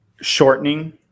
shortening